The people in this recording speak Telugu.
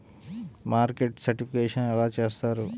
మార్కెట్ సర్టిఫికేషన్ ఎలా చేస్తారు?